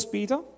Peter